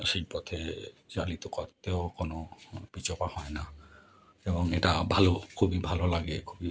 সেই পথে চালিত করতেও কোনো পিছুপা হয় না এবং এটা ভালো খুবই ভালো লাগে খুবই